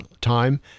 time